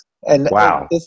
Wow